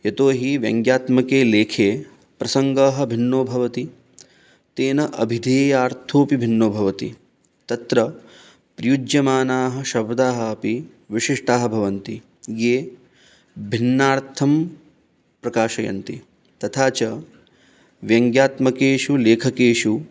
यतोहि व्यङ्ग्यात्मके लेखे प्रसङ्गः भिन्नो भवति तेन अभिधेयार्थोऽपि भिन्नो भवति तत्र प्रयुज्यमानाः शब्दाः अपि विशिष्टाः भवन्ति ये भिन्नार्थं प्रकाशयन्ति तथा च व्यङ्ग्यात्मकेषु लेखकेषु